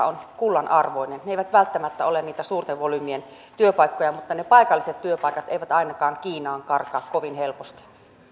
on kullanarvoinen ne eivät välttämättä ole niitä suurten volyymien työpaikkoja mutta ne paikalliset työpaikat eivät ainakaan kiinaan karkaa kovin helposti